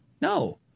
No